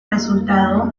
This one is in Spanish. resultado